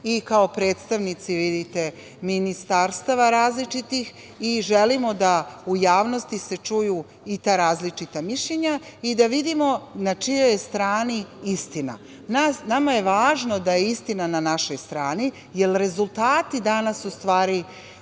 i kao predstavnici, vidite, ministarstava različitih i želimo da se u javnosti čuju ta različita mišljenja i da vidimo na čijoj je strani istina. Nama je važno da je istina na našoj strani, jer rezultati danas,